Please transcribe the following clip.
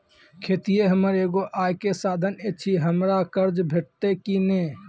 खेतीये हमर एगो आय के साधन ऐछि, हमरा कर्ज भेटतै कि नै?